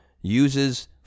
uses